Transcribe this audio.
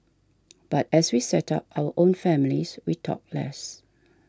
but as we set up our own families we talked less